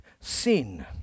sin